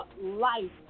life